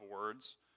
words